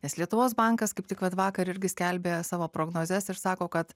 nes lietuvos bankas kaip tik vat vakar irgi skelbė savo prognozes ir sako kad